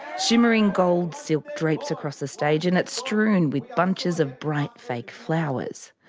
shimmering gold silk drapes across the stage, and it's strewn with bunches of bright fake flowers.